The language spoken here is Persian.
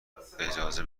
اجازه